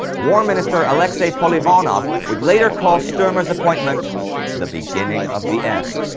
war minister alexei polivanov would later call sturmer's appointment the beginning of the end.